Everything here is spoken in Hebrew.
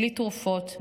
בלי תרופות,